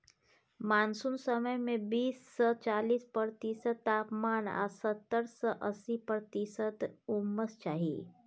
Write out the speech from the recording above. monsoon समय मे बीस सँ चालीस प्रतिशत तापमान आ सत्तर सँ अस्सी प्रतिशत उम्मस चाही